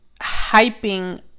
hyping